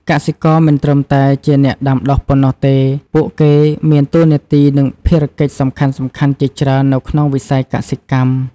កសិករមិនត្រឹមតែជាអ្នកដាំដុះប៉ុណ្ណោះទេ ពួកគេមានតួនាទី និងភារកិច្ចសំខាន់ៗជាច្រើននៅក្នុងវិស័យកសិកម្ម។